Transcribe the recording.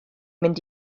mynd